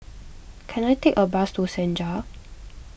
can I take a bus to Senja